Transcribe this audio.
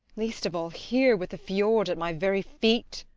least of all here with the fiord at my very feet.